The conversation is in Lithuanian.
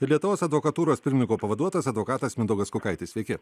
ir lietuvos advokatūros pirmininko pavaduotojas advokatas mindaugas kukaitis sveiki